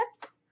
tips